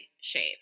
shave